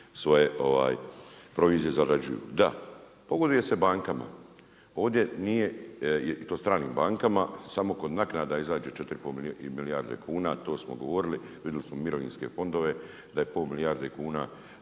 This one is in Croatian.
svoje provizije, zarađuju. Da, pogoduje se bankama, ovdje nije, i to stranim bankama, samo kod naknada izađe 4,5 milijarde kuna a to smo govorili, vidjeli smo mirovinske fondova, da je pol milijarde kuna